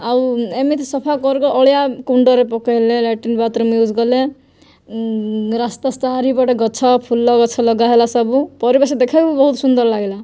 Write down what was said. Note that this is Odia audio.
ଆଉ ଏମିତି ସଫା କରୁ କରୁ ଅଳିଆ କୁଣ୍ଡରେ ପକେଇଲେ ଲାଟ୍ରିନ୍ ବାଥରୁମ୍ ୟୁଜ୍ କଲେ ରାସ୍ତା ଚାରିପଟେ ଗଛ ଫୁଲ ଗଛ ଲଗା ହେଲା ସବୁ ପରିବେଶ ଦେଖିବାକୁ ବହୁତ ସୁନ୍ଦର ଲାଗିଲା